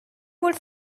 would